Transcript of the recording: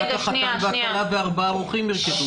הציעו פה שרק החתן והכלה וארבעה אורחים ירקדו ביחד.